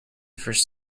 first